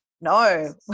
no